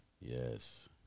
Yes